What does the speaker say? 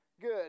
Good